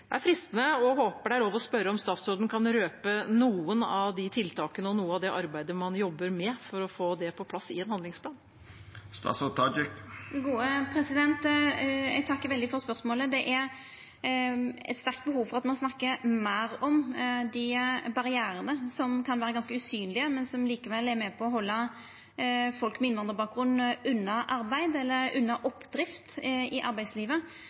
lov – å spørre om statsråden kan røpe noen av de tiltakene og noe av det arbeidet man jobber med for å få det på plass i en handlingsplan. Eg takkar veldig for spørsmålet. Det er eit sterkt behov for at ein snakkar meir om dei barrierane som kan vera ganske usynlege, men som likevel er med på å halda folk med innvandrarbakgrunn unna arbeid, eller unna oppdrift i arbeidslivet,